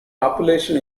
population